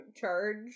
charge-